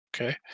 okay